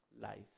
life